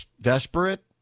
Desperate